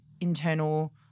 internal